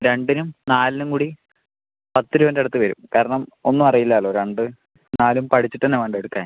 രണ്ടിനും നാലിനും കൂടി പത്ത് രൂപേൻ്റെ അടുത്ത് വരും കാരണം ഒന്നും അറിയില്ലാലോ രണ്ട് നാലും പഠിച്ചിട്ട് തന്നെ വേണ്ടേ എടുക്കാൻ